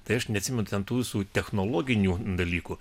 tai aš neatsimenu ten tų visų technologinių dalykų